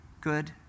Good